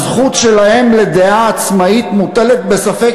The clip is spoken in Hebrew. הזכות שלהם לדעה עצמאית מוטלת בספק,